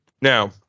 Now